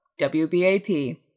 WBAP